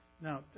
Now